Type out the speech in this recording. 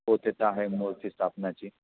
हो ते तर आहे मूर्ती स्थापण्याची